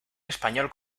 español